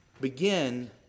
begin